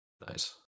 Nice